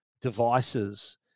devices